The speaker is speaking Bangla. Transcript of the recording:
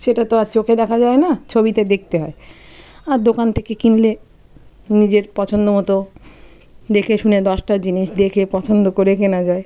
সেটা তো আর চোখে দেখা যায় না ছবিতে দেখতে হয় আর দোকান থেকে কিনলে নিজের পছন্দ মতো দেখে শুনে দশটা জিনিস দেখে পছন্দ করে কেনা যায়